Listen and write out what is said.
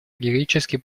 героический